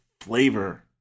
flavor